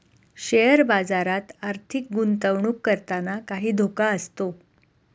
share बाजारात आर्थिक गुंतवणूक करताना काही धोका असतो